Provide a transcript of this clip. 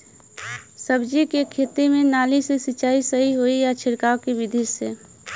सब्जी के खेती में नाली से सिचाई सही होई या छिड़काव बिधि से?